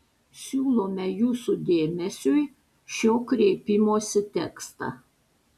siūlome jūsų dėmesiui šio kreipimosi tekstą